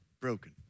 broken